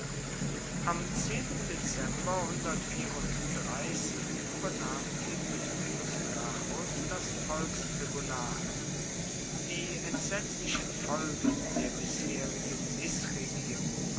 am dezember übernahm tiberius gracchus das volkstribunat die entsetzlichen folgen der bisherigen mißregierung